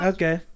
Okay